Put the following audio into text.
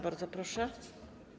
Bardzo proszę.